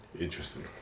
Interesting